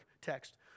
text